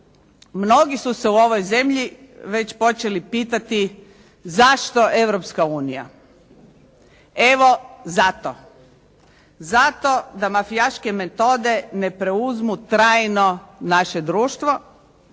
Mnogi su se u ovoj zemlji već počeli pitati zašto Europska unija? Evo zato. Zato da mafijaške metode ne preuzmu trajno naše društvo.